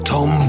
Tom